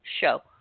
show